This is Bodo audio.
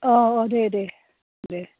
औ औ दे दे दे